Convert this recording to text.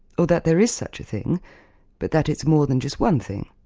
or that there is such a thing but that it's more than just one thing.